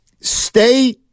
stay